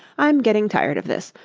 i'm getting tired of this.